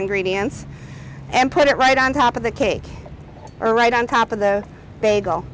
ingredients and put it right on top of the cake or right on top of the bagel